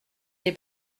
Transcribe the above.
des